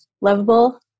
lovable